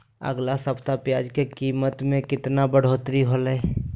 अगला सप्ताह प्याज के कीमत में कितना बढ़ोतरी होलाय?